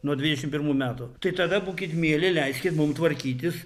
nuo dvidešimt pirmų metų tai tada būkit mieli leiskit mum tvarkytis